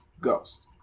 Ghost